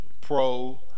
pro